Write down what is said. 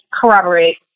corroborate